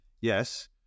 yes